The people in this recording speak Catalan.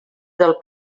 del